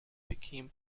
became